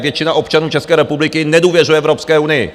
Většina občanů České republiky nedůvěřuje Evropské unii!